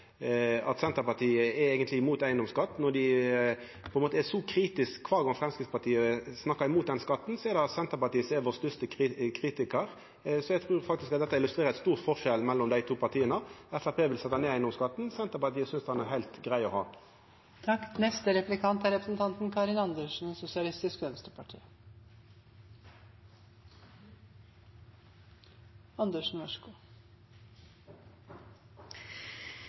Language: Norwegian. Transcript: Senterpartiet eigentleg er imot eigedomsskatt, når dei på ein måte er så kritisk. Kvar gong Framstegspartiet snakkar mot den skatten, er det Senterpartiet som er vår største kritikar. Eg trur faktisk dette illustrerer ein stor forskjell mellom dei to partia. Framstegspartiet vil setja ned eigedomsskatten, Senterpartiet synest han er heilt grei å ha.